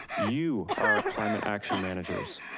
you are our climate action managers.